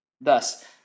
Thus